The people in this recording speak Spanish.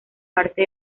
parte